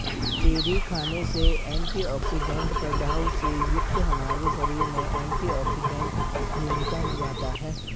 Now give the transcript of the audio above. cherry खाने से antioxidant प्रभाव से युक्त हमारे शरीर में एंटीऑक्सीडेंट भूमिका निभाता है